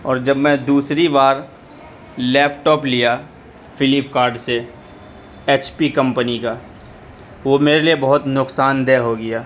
اور جب میں دوسری بار لیپٹاپ لیا فلپکارڈ سے ایچ پی کمپنی کا وہ میرے لیے بہت نقصان دہ ہو گیا